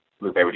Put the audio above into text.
Lupe